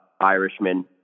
Irishman